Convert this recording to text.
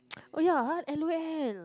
oh ya l_o_l